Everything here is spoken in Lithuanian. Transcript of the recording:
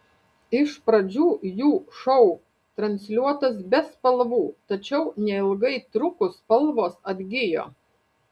iš pradžių jų šou transliuotas be spalvų tačiau neilgai trukus spalvos atgijo